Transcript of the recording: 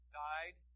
died